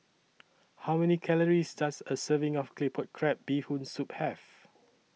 How Many Calories Does A Serving of Claypot Crab Bee Hoon Soup Have